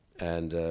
and